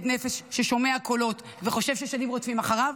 נפש ששומע קולות וחושב ששדים רודפים אחריו.